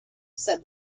said